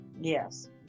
Yes